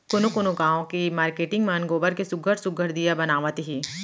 कोनो कोनो गाँव के मारकेटिंग मन गोबर के सुग्घर सुघ्घर दीया बनावत हे